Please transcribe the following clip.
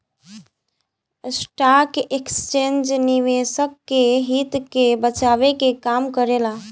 stock exchange निवेशक के हित के बचाये के काम करेला